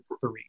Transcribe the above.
three